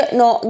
no